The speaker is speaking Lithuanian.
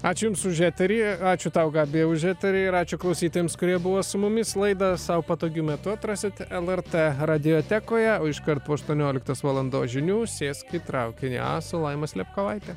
ačiū jums už eterį ačiū tau gabija už eterį ir ačiū klausytojams kurie buvo su mumis laidą sau patogiu metu atrasit lrt radiotekoje o iškart po aštuonioliktos valandos žinių sėsk į traukinį a su laima slepkovaite